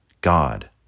God